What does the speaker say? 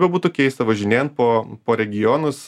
bebūtų keista važinėjant po po regionus